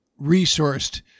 resourced